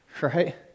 Right